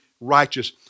righteous